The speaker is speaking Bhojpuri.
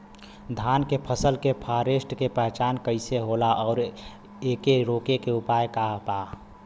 धान के फसल के फारेस्ट के पहचान कइसे होला और एके रोके के उपाय का बा?